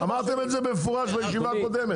אמרתם את זה במפורש בישיבה הקודמת.